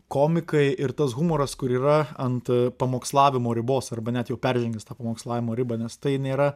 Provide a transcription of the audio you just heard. komikai ir tas humoras kur yra ant pamokslavimo ribos arba net jau peržengęs tą pamokslavimo ribą nes tai nėra